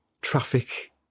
traffic